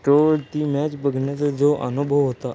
तो ती मॅच बघण्याचा जो अनुभव होता